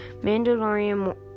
mandalorian